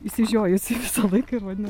išsižiojusi visą laiką ir vadina